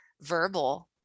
verbal